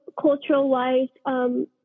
cultural-wise